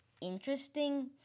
interesting